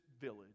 village